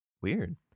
weird